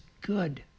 good